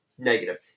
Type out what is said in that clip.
Negative